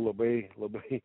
labai labai